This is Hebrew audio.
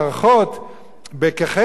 כחלק מהמערכת,